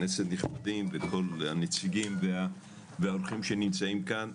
חברות וחברי כנסת נכבדים וכל הנציגים והאורחים שנמצאים כאן.